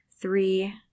three